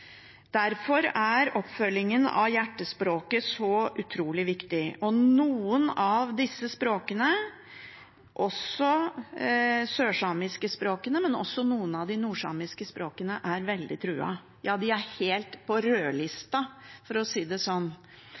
Derfor er oppfølgingen av NOU-en Hjertespråket så utrolig viktig. Noen av disse språkene – de sørsamiske språkene, men også noen av de nordsamiske språkene – er veldig truet, ja, de er på rødlista, for å si det sånn.